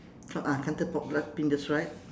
ah that's right